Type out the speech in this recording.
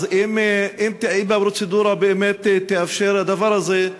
אז אם הפרוצדורה באמת תאפשר את הדבר הזה,